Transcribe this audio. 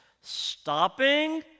stopping